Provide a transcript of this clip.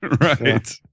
right